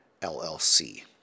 LLC